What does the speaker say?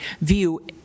view